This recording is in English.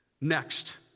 Next